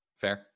Fair